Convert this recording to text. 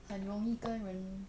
很容易跟人